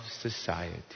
society